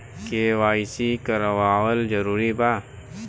KYC करवावल जरूरी बा?